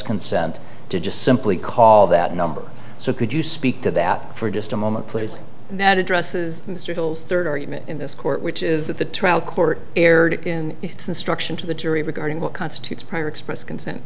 consent to just simply call that number so could you speak to that for just a moment please and that addresses the struggles third argument in this court which is that the trial court erred in its instruction to the jury regarding what constitutes prior express consent